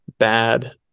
bad